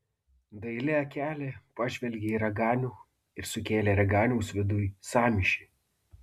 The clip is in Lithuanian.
daili akelė pažvelgė į raganių ir sukėlė raganiaus viduj sąmyšį